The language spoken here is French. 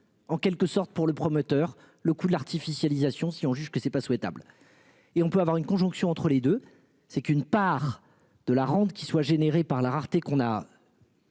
en quelque sorte pour le promoteur, le coût de l'artificialisation si on juge que c'est pas souhaitable et on peut avoir une conjonction entre les deux, c'est qu'une part de la rente qui soient générés par la rareté qu'on a.